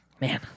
man